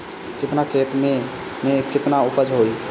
केतना खेत में में केतना उपज होई?